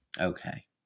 okay